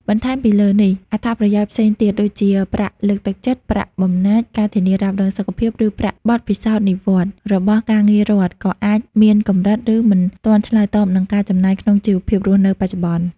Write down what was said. បន្ថែមពីលើនេះ អត្ថប្រយោជន៍ផ្សេងទៀត ដូចជាប្រាក់លើកទឹកចិត្ត ប្រាក់បំណាច់ ការធានារ៉ាប់រងសុខភាព ឬប្រាក់សោធននិវត្តន៍ របស់ការងាររដ្ឋ ក៏អាចមានកម្រិត ឬមិនទាន់ឆ្លើយតបនឹងការចំណាយក្នុងជីវភាពរស់នៅបច្ចុប្បន្ន។